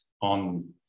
on